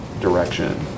direction